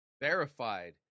verified